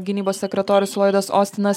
gynybos sekretorius loidas ostinas